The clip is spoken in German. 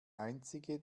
einzige